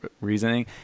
reasoning